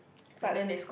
but um